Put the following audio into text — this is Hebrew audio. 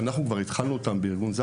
שאנחנו כבר התחלנו ליישם אותם בזק״א,